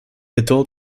adult